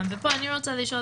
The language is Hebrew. פה אני רוצה לשאול